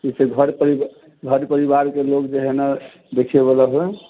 जाहिसे घर परिवार के लोग जे है न देखै वला होइ